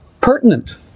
pertinent